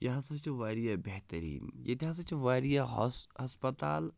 یہِ ہَسا چھِ واریاہ بہتریٖن ییٚتہِ ہَسا چھِ واریاہ ہَسپَتال